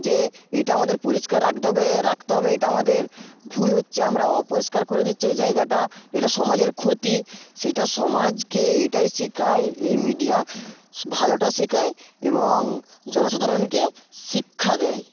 যে এটা আমাদের পরিষ্কার রাখতে হবে রাখতে হবে এটা আমাদের ভুল হচ্ছে আমরা অপরিষ্কার করে দিচ্ছি এই জায়গাটা এটা সমাজের ক্ষতি সেটা সমাজকে এটাই শেখায় এই মিডিয়া ভালোটা শেখায় এবং জনসাধারণকে শিক্ষা দেয়